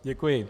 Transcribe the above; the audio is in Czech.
Děkuji.